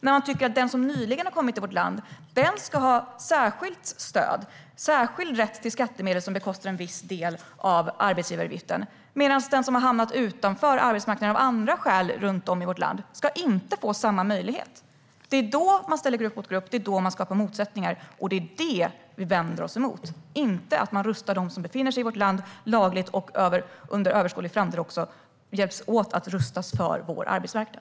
Man tycker att den som nyligen har kommit till vårt land ska ha särskilt stöd och särskild rätt till skattemedel som bekostar en viss del av arbetsgivaravgiften, medan den som har hamnat utanför arbetsmarknaden av andra skäl runt om i vårt land inte ska få samma möjlighet. Det är då man ställer grupp mot grupp och skapar motsättningar, och det är det vi vänder oss emot - inte att man rustar dem som befinner sig i vårt land lagligt och att man under överskådlig framtid hjälps åt att rustas för vår arbetsmarknad.